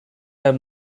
are